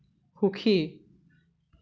সুখী